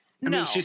No